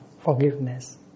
forgiveness